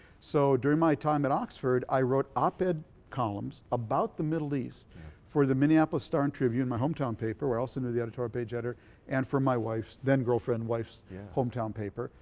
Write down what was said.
so during my time at oxford i wrote op-ed columns about the middle east for the minneapolis startribune my hometown paper where i also knew the editorial page editor and from my wife's, then girlfriend, wife's hometown paper.